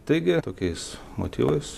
taigi tokiais motyvas